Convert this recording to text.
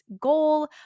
goal